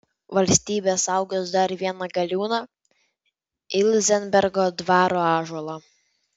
valstybė saugos dar vieną galiūną ilzenbergo dvaro ąžuolą